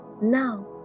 Now